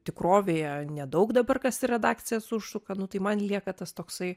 tikrovėje nedaug dabar kas į redakcijas užšuka nu tai man lieka tas toksai